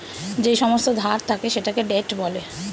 যেই সমস্ত ধার থাকে সেটাকে ডেট বলে